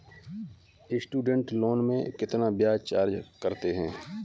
Student loan में कितना ब्याज चार्ज करते हैं?